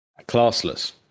Classless